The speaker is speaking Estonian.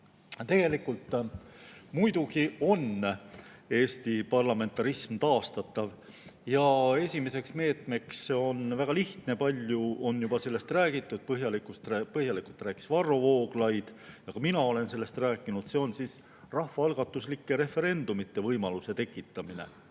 Tegelikult muidugi on Eesti parlamentarism taastatav. Esimeseks meetmeks on – väga lihtne, palju on sellest räägitud, põhjalikult rääkis Varro Vooglaid, ka mina olen sellest rääkinud – rahvaalgatuslike referendumite võimaluse tekitamine.